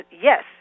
yes